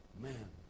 man